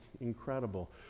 incredible